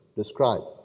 describe